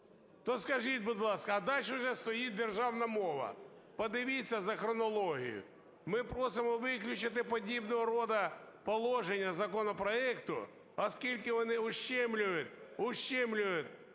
То скажіть, будь ласка, а дальше вже стоїть державна мова. Подивіться за хронологією. Ми просимо виключити подібного роду положення законопроекту, оскільки вони ущемляють права